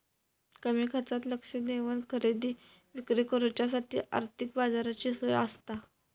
कमी खर्चात लक्ष देवन खरेदी विक्री करुच्यासाठी आर्थिक बाजाराची सोय आसता